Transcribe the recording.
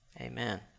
Amen